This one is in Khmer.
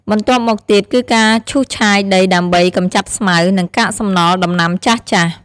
បន្ទាប់មកទៀតគឺការឈូសឆាយដីដើម្បី កម្ចាត់ស្មៅ និងកាកសំណល់ដំណាំចាស់ៗ។